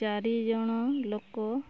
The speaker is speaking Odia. ଚାରି ଜଣ ଲୋକ